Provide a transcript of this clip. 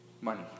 money